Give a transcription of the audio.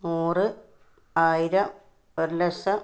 നൂറ് ആയിരം ഒരുലക്ഷം